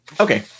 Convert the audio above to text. Okay